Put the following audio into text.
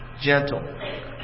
gentle